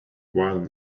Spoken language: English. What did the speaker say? while